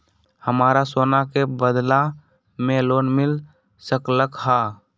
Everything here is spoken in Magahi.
हमरा सोना के बदला में लोन मिल सकलक ह?